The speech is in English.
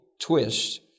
twist